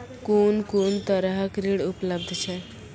कून कून तरहक ऋण उपलब्ध छै?